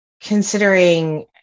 considering